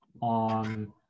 on